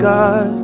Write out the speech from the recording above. God